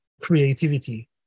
creativity